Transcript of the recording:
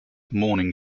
morning